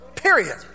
Period